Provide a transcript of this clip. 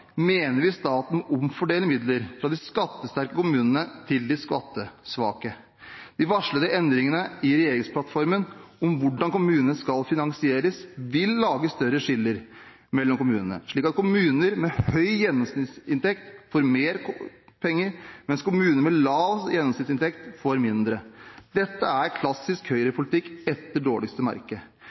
mener vi staten skal omfordele midler fra de skattesterke kommunene til de skattesvake. Endringene som er varslet i regjeringsplattformen angående hvordan kommunene skal finansieres, vil lage større skiller mellom kommunene, slik at kommuner med høy gjennomsnittsinntekt får mer penger, mens kommuner med lav gjennomsnittsinntekt får mindre. Dette er klassisk Høyre-politikk av dårligste merke.